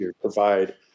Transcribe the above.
provide